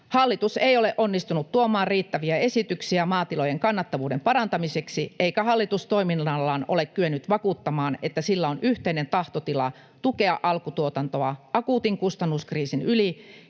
”Hallitus ei ole onnistunut tuomaan riittäviä esityksiä maatilojen kannattavuuden parantamiseksi, eikä hallitus toiminnallaan ole kyennyt vakuuttamaan, että sillä on yhteinen tahtotila tukea alkutuotantoa akuutin kustannuskriisin yli